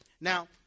Now